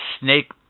snake